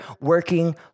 working